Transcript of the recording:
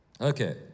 Okay